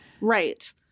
Right